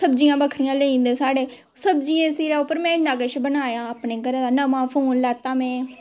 सब्जियां बक्खरी लेई जंगदे साढ़े सब्जियें दे सिरै पर में इन्ना किश बनाया अपने घरे दा नमां फोन लैत्ता में